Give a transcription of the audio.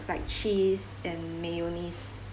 like cheese and mayonnaise